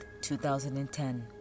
2010